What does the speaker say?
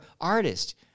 artist